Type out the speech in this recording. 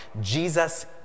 Jesus